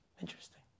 Interesting